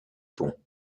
pont